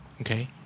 Okay